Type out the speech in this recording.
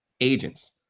agents